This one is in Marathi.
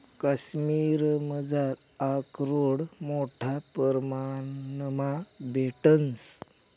काश्मिरमझार आकरोड मोठा परमाणमा भेटंस